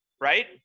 right